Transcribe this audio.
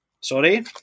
Sorry